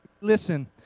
listen